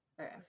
Okay